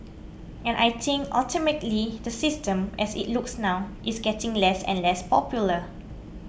and I think ultimately the system as it looks now is getting less and less popular